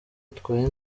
bitwaye